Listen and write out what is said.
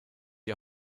die